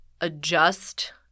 adjust